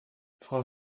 frau